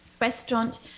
restaurant